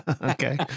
Okay